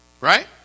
Right